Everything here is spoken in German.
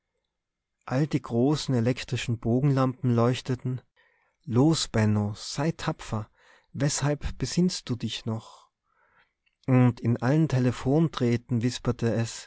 alle die großen elektrischen bogenlampen leuchteten los benno sei tapfer weshalb besinnst du dich noch und in allen telephondrähten wisperte es